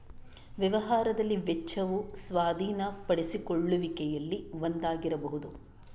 ವ್ಯವಹಾರದಲ್ಲಿ ವೆಚ್ಚವು ಸ್ವಾಧೀನಪಡಿಸಿಕೊಳ್ಳುವಿಕೆಯಲ್ಲಿ ಒಂದಾಗಿರಬಹುದು